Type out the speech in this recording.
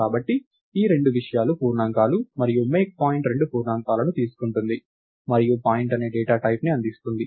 కాబట్టి ఈ రెండు విషయాలు పూర్ణాంకాలు మరియు మేక్ పాయింట్ రెండు పూర్ణాంకాలను తీసుకుంటుంది మరియు పాయింట్ అనే డేటా టైప్ ని అందిస్తుంది